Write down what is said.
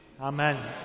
amen